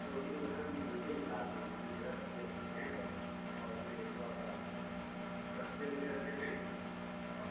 تو اس میں جو ہے ہم ہلکے میں چلاتے ہیں جس میں جو ہے بچے خوش رہیں بس اور اس میں تھوڑا سا سستے میں دے دیتے ہیں اور